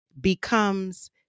becomes